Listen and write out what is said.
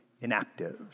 inactive